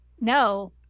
no